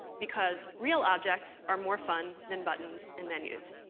because real objects are more fun than buttons and menus.